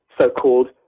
so-called